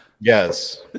Yes